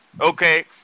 okay